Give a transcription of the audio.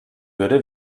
würde